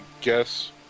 guess